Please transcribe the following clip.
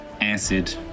Acid